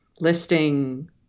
listing